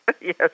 Yes